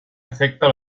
afecta